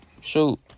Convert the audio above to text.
Shoot